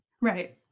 Right